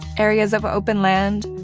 areas of open land,